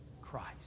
Christ